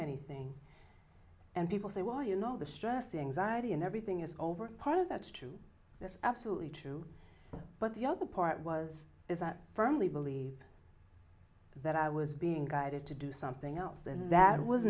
anything and people say well you know the stress the anxiety and everything is over part of that's true that's absolutely true but the other part was is that firmly believe that i was being guided to do something else and that was